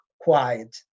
quiet